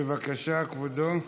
בבקשה, כבודו.